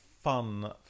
fun